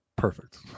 perfect